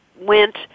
went